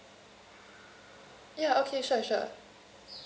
ya okay sure sure